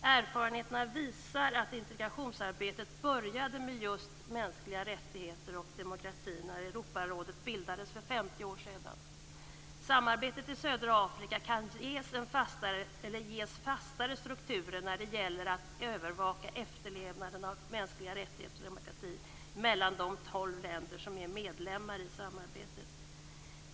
Erfarenheterna visar att integrationsarbetet började med just mänskliga rättigheter och demokrati när Europarådet bildades för 50 år sedan. Samarbetet i södra Afrika kan ges fastare strukturer när det gäller att övervaka efterlevnaden av mänskliga rättigheter och demokrati mellan de tolv länder som är medlemmar i samarbetet.